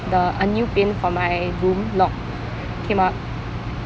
the a new pin for my room lock came up